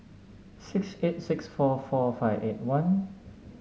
six eight six four four five eight one